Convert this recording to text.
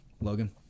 Logan